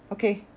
okay